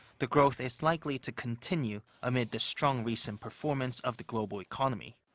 the growth is likely to continue amid the strong recent performance of the global economy.